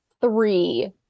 three